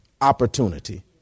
opportunity